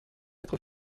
être